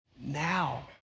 now